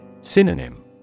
Synonym